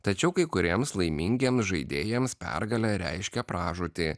tačiau kai kuriems laimingiems žaidėjams pergalė reiškia pražūtį